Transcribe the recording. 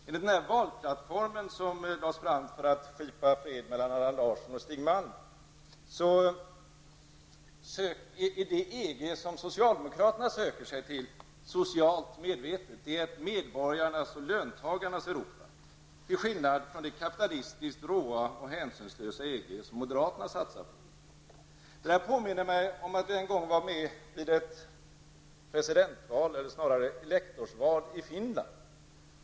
Enligt den valplattform som lades fram för att skipa fred mellan Allan Larsson och Stig Malm är det EG som socialdemokraterna söker sig till socialt medvetet. Det är ett medborgarnas och löntagarnas Europa till skillnad från det kapitalistiskt råa och hänsynslösa EG som moderaterna satsar på. Det här påminner mig om den gång då jag var med om ett lektorsval i Finland.